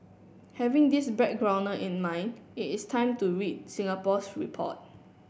having this backgrounder in mind it is time to read Singapore's report